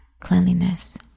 cleanliness